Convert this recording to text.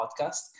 podcast